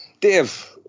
Dave